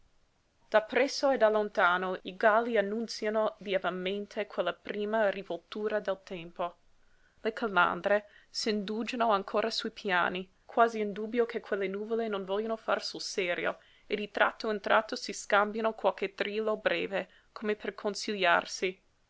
da presso e da lontano i galli annunziano lievemente quella prima rivoltura del tempo le calandre s'indugiano ancora su i piani quasi in dubbio che quelle nuvole non vogliano far sul serio e di tratto in tratto si scambiano qualche trillo breve come per consigliarsi